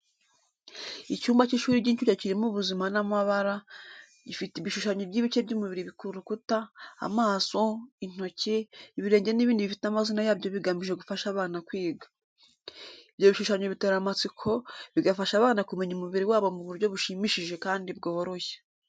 Icyumba cy’ishuri ry’incuke kirimo ubuzima n’amabara, gifite ibishushanyo by’ibice by’umubiri ku rukuta: amaso, intoki, ibirenge n’ibindi bifite amazina yabyo bigamije gufasha abana kwiga. Ibyo bishushanyo bitera amatsiko, bigafasha abana kumenya umubiri wabo mu buryo bushimishije kandi bworoshye.